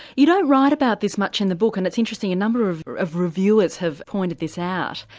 you don't write about this much in the book and it's interesting, a number of of reviewers have pointed this out,